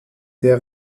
der